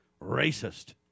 racist